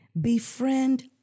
befriend